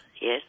Yes